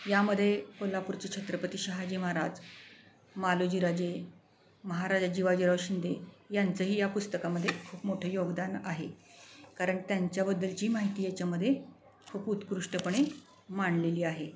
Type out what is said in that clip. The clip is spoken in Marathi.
यामध्ये कोल्हापूरची छत्रपती शहाजी महाराज मालोजीराजे महाराजा जीवाजीराव शिंदे यांचंही या पुस्तकामध्ये खूप मोठं योगदान आहे कारण त्यांच्याबद्दलची माहिती याच्यामध्ये खूप उत्कृष्टपणे मांडलेली आहे